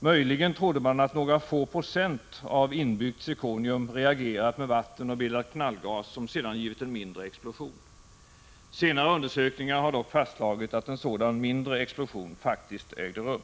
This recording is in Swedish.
Möjligen trodde man att några få procent av inbyggt zirkonium reagerat med vatten och bildat knallgas som sedan givit en mindre explosion. Senare undersökningar har dock fastslagit att en sådan mindre explosion faktiskt ägde rum.